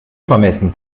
vermessen